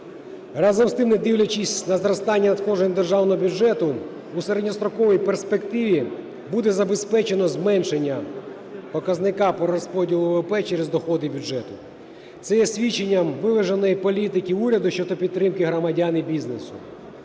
Разом з тим, не дивлячись на зростання надходжень державного бюджету, в середньостроковій перспективі буде забезпечено зменшення показника по розподілу ВВП через доходи бюджету. Це є свідченням виваженої політики уряду щодо підтримки громадян і бізнесу.